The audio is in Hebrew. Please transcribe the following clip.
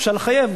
אפשר לחייב,